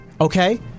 Okay